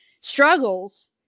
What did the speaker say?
struggles